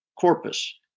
Corpus